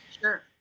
Sure